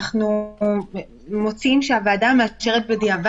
באים אנשים ביחד לאירוע כמשפחה,